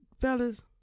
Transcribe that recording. fellas